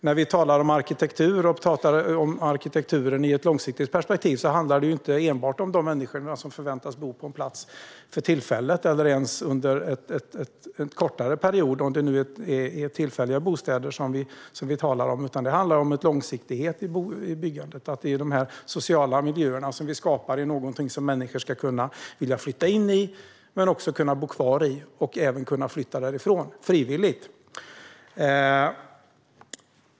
När vi talar om arkitekturen i ett långsiktigt perspektiv handlar det ju inte enbart om de människor som förväntas bo på en plats för tillfället eller ens under en kortare period, om det är tillfälliga bostäder som vi talar om, utan det handlar om en långsiktighet i byggandet. De sociala miljöer som vi skapar ska människor kunna vilja flytta in i men också bo kvar i. Man ska även kunna flytta därifrån frivilligt.